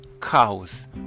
cows